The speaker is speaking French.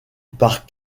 par